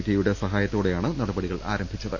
ടിയുടെ സഹാ യത്തോടെയാണ് നടപടികൾ ആരംഭിച്ചത്